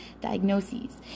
Diagnoses